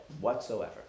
whatsoever